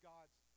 God's